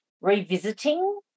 revisiting